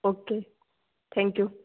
okay thank you